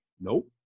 Nope